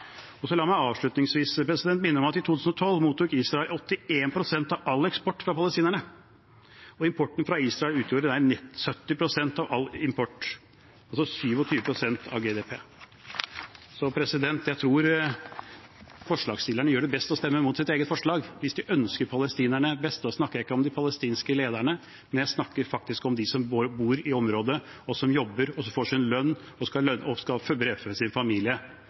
La meg avslutningsvis minne om at i 2012 mottok Israel 81 pst. av all eksport fra palestinerne. Og importen fra Israel utgjorde 70 pst. av all import – altså 27 pst. av GDP. Jeg tror forslagsstillerne gjør best i å stemme mot sitt eget forslag. Hvis de ønsker palestinerne det beste – og nå snakker jeg ikke om de palestinske lederne, men om de som bor i området, og som jobber for sin lønn og skal brødfø sin familie – så vær så snill og